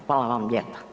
Hvala vam lijepa.